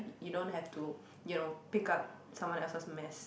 you you don't have to you know pick up someone else's mess